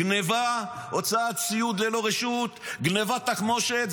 גניבה, הוצאת ציוד ללא רשות, גניבת תחמושת.